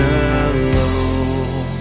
alone